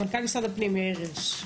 מנכ"ל משרד הפנים יאיר הירש.